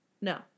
No